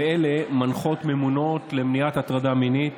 ואלה מנחות ממונות למניעת הטרדה מינית